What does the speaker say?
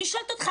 אני שואלת אותך,